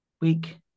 week